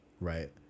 right